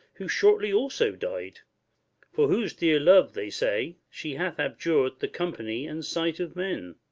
who shortly also died for whose dear love, they say, she hath abjur'd the company and sight of men.